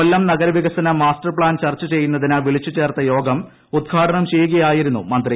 കൊല്ലം നഗരവികസന master plan ചർച്ച ചെയ്യുന്നതിന് വിളിച്ചു ചേർത്ത യോഗം ഉദ്ഘാടനം ചെയ്യുകയായിരുന്നു മന്ത്രി